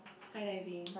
it's kind at being